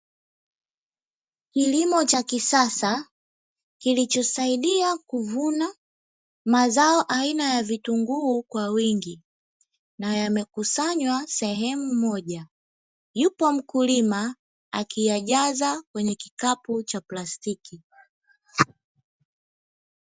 Kilimo cha kisasa kilichosaidia kuvuna mazao aina ya vitunguu kwa wingi na yamekusanywa sehemu moja, yupp mkulima ameyajaza kwenye kikapu cha plastiki.